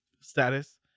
status